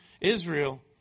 Israel